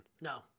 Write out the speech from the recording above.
No